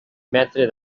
metre